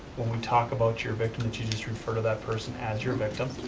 when we talk about your victim that you just refer to that person as your victim.